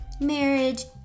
marriage